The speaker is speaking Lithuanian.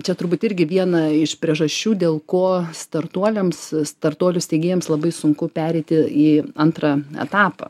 čia turbūt irgi viena iš priežasčių dėl ko startuoliams startuolių steigėjams labai sunku pereiti į antrą etapą